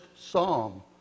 Psalm